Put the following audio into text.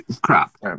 Crap